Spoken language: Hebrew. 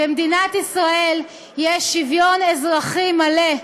במדינת ישראל יש שוויון אזרחי מלא,